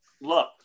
look